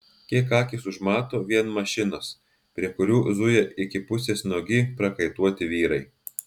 kiek akys užmato vien mašinos prie kurių zuja iki pusės nuogi prakaituoti vyrai